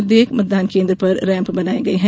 प्रत्येक मतदान केन्द्र पर रैम्प बनाये गये हैं